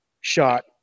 shot